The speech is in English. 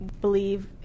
believe